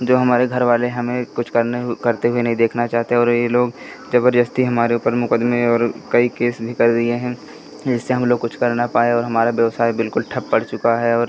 जो हमारे घर वाले हमें कुछ करने करते हुए नहीं देखना चाहते और ये लोग ज़बरदस्ती हमारे ऊपर मुक़दमे और कई केस भी कर दिए हैं जिससे हम लोग कुछ कर ना पाए और हमारा बेव्यवसाय बिल्कुल ठप पड़ चुका है और